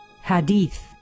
Hadith